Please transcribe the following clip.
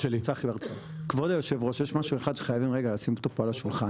כבוד היושב-ראש, יש משהו שצריך לשים על השולחן,